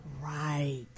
Right